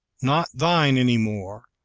not thine any more,